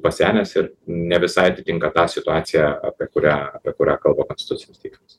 pasenęs ir ne visai atitinka tą situaciją apie kurią apie kurią kalba konstitucinis teismas